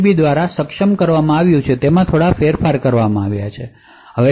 દ્વારા સક્ષમ કરવામાં આવ્યું છે તેમાં થોડો ફેરફાર કરવામાં આવ્યો છે હવે ટી